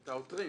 את העותרים.